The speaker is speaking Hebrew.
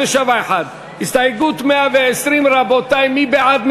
47(1), הסתייגות 120. רבותי, מי בעד?